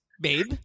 babe